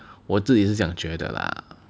我自己是这样觉得 lah